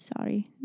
Sorry